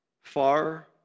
far